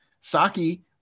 Saki